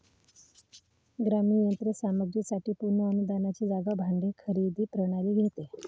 ग्रामीण यंत्र सामग्री साठी पूर्ण अनुदानाची जागा भाडे खरेदी प्रणाली घेते